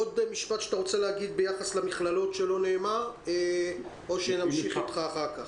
עוד משפט שאתה רוצה להגיד ביחס למכללות שלא נאמר או שנמשיך איתך אחר כך?